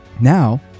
Now